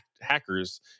hackers